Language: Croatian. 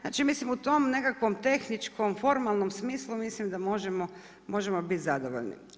Znači mislim u tom nekakvom tehničkom formalnom smislu mislim da možemo biti zadovoljni.